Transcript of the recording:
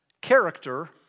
character